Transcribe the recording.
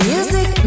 Music